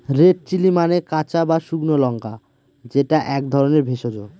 red chilli মানে কাঁচা বা শুকনো লঙ্কা যেটা এক ধরনের ভেষজ